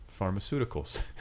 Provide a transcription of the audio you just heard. pharmaceuticals